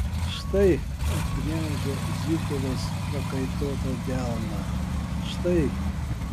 štai atgniaužia zykovas prakaituotą delną štai